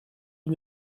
aux